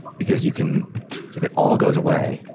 because you can if it all goes away,